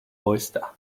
oyster